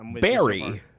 Barry